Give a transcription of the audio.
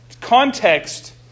context